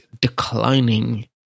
declining